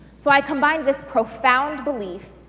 so i combined this profound belief